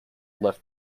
left